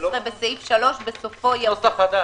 הצוות בחוק.